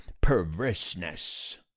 perverseness